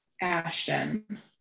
Ashton